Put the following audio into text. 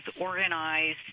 organized